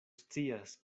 scias